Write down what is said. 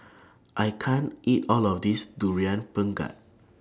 I can't eat All of This Durian Pengat